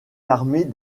l’armée